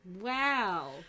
wow